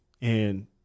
and-